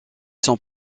sont